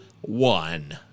one